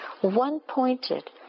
one-pointed